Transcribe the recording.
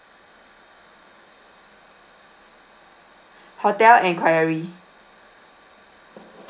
hotel enquiry